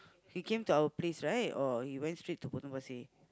he came to our place right or he went straight to Potong-Pasir